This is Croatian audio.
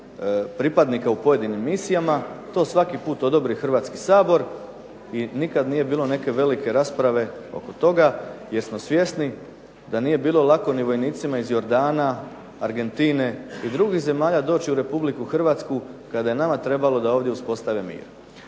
pripadnika u pojedinim misijama. To svaki put odobri Hrvatski sabor i nikad nije bilo neke velike rasprave oko toga jer smo svjesni da nije bilo lako ni vojnicima iz Jordana, Argentine i drugih zemalja doći u RH kada je nama trebalo da ovdje uspostave mir.